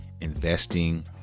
investing